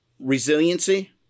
resiliency